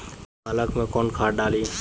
पालक में कौन खाद डाली?